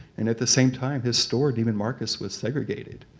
and at the same time, his store, neiman marcus, was segregated.